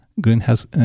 greenhouse